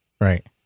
right